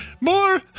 More